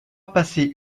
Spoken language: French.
passé